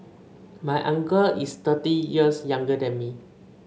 my uncle is thirty years younger than me